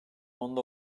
onda